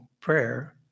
prayer